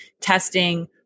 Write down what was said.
testing